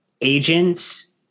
agents